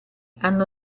hanno